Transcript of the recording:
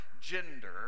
gender